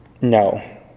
No